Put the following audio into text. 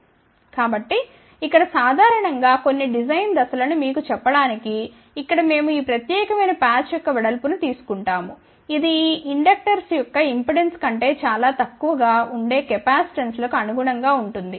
కాబట్టి ఇక్కడ సాధారణం గా కొన్ని డిజైన్ దశ లను మీకు చెప్పడానికి ఇక్కడ మేము ఈ ప్రత్యేకమైన ప్యాచ్ యొక్క వెడల్పు ను తీసుకుంటాము ఇది ఈ ఇండక్టర్స్ యొక్క ఇంపెడెన్స్ కంటే చాలా తక్కువగా ఉండే కెపాసిటెన్స్లకు అనుగుణంగా ఉంటుంది